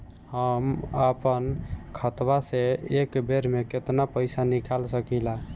हम आपन खतवा से एक बेर मे केतना पईसा निकाल सकिला?